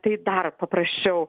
tai dar paprasčiau